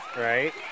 Right